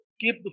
keep